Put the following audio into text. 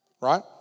right